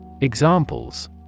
Examples